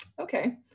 okay